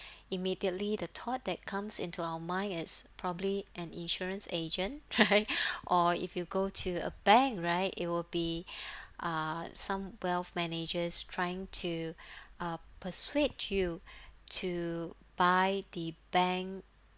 immediately the thought that comes into our mind is probably an insurance agent right or if you go to a bank right it will be ah some wealth managers trying to uh persuade you to buy the bank